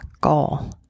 goal